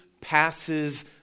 passes